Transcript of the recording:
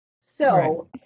So-